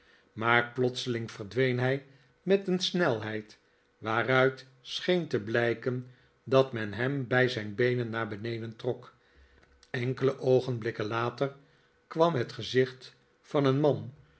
maar plotseling verdween hij met een snelheid waaruit scheen te blijken dat men hem bij zijn beenen naar beneden trok enkele oogenblikken later kwam het gezicht van een man